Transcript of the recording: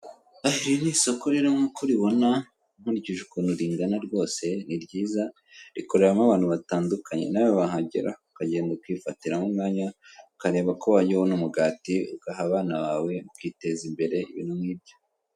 Iri ni isoko rero nk'uko uribona, nkurikije ukuntu ringana rwose, ni ryiza rikoreramo abantu batandukanye. Nawe wahagera ukagenda ukifatiraramo umwanya, ukareba ko wajya ubona umugati ugaha abana bawe ukiteza imbere, ibintu nk'ibyo.